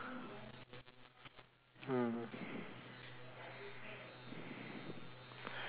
mm